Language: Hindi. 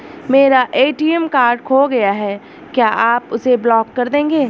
मेरा ए.टी.एम कार्ड खो गया है क्या आप उसे ब्लॉक कर देंगे?